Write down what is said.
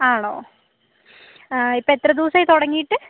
ആണോ ഇപ്പോൾ എത്ര ദിവസായി തുടങ്ങിയിട്ട്